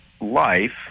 life